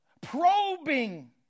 probing